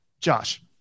Josh